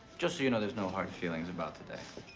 just so you know there is no hard feelings about today.